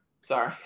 Sorry